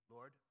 Lord